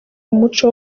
umuco